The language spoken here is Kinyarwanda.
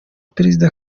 prezida